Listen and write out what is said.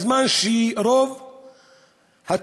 בשעה שרוב התאונות